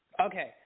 okay